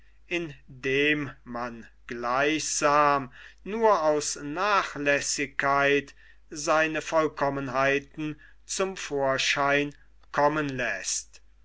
indem man gleichsam nur aus nachlässigkeit seine vollkommenheiten zum vorschein kommen läßt